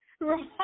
Right